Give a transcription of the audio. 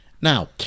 now